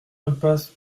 impasse